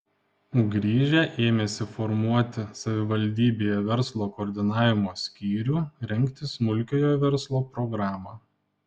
grįžę ėmėsi formuoti savivaldybėje verslo koordinavimo skyrių rengti smulkiojo verslo programą